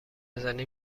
زنی